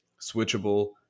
Switchable